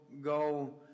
go